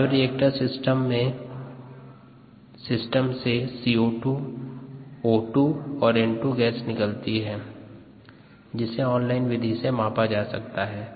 bioreactor system से CO2 O2 और N2 gas निकलती है जिसे ऑन लाइन विधि से मापा जा सकता है